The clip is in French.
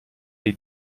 les